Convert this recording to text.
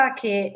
che